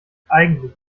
eigentlich